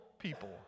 people